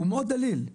הוא מאוד דליל.